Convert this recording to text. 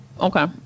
okay